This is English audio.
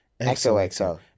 XOXO